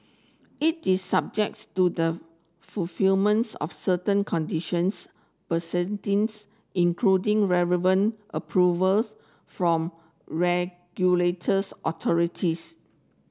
it is subjects to the fulfillments of certain conditions precedents including relevant approvals from regulators authorities